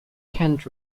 kent